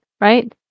right